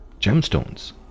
gemstones